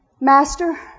Master